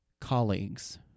colleagues